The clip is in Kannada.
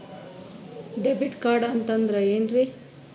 ಡೆಬಿಟ್ ಕಾರ್ಡ್ ಅಂತಂದ್ರೆ ಏನ್ರೀ?